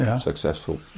successful